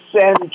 send